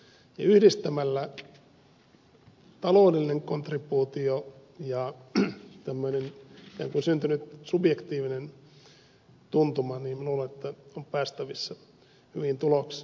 luulen että yhdistämällä taloudellinen kontribuutio ja tämmöinen syntynyt ikään kuin subjektiivinen tuntuma on päästävissä hyviin tuloksiin